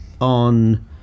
on –